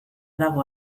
dago